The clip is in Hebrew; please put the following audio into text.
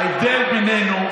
ההבדל בינינו,